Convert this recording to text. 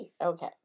Okay